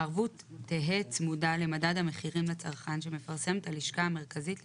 הערבות תהא צמודה למדד המחירים לצרכן שמפרסמת הלשכה המרכזית לסטטיסטיקה,